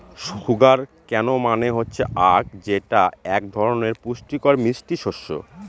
sugar কেন মানে হচ্ছে আঁখ যেটা এক ধরনের পুষ্টিকর মিষ্টি শস্য